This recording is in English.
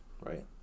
Right